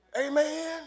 Amen